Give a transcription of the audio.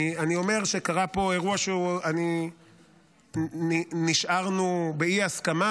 אני אומר שקרה פה אירוע שבו נשארנו באי-הסכמה,